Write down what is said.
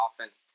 offense